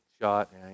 shot